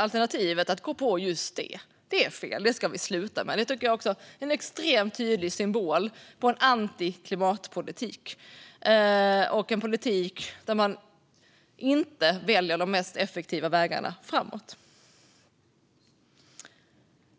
alternativet att gå på just dessa satsningar. Det är fel, och det ska vi sluta med. Det är en extremt tydlig symbol för en antiklimatpolitik, det vill säga en politik där man inte väljer de mest effektiva vägarna framåt.